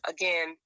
Again